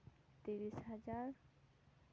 ᱛᱤᱨᱤᱥ ᱦᱟᱡᱟᱨ